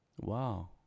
wow